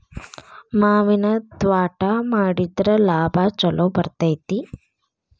ಮಾವಿನ ತ್ವಾಟಾ ಮಾಡಿದ್ರ ಲಾಭಾ ಛಲೋ ಬರ್ತೈತಿ